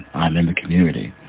i'm in the community,